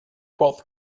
twelfth